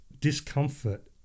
discomfort